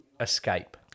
escape